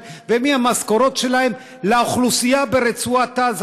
ומהמשכורות שלהם לאוכלוסייה ברצועת עזה,